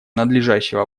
надлежащего